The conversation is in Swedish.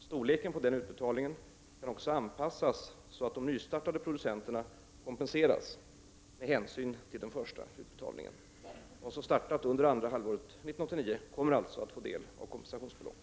Storleken på den utbetalningen kan också anpassas så att de nystartade producenterna kompenseras med hänsyn till den första utbetalningen. De som startat under andra halvåret 1989 kommer alltså att få del av kompensationsbeloppet.